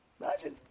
Imagine